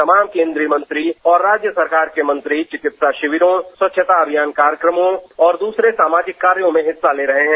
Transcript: तमाम केन्द्रीय मंत्री और राज्य सरकार के मंत्री चिकित्सा शिविरों स्वच्छता अभियान कार्यक्रमों और दूसरे सामाजिक कार्यों में हिस्सा ले रहे हैं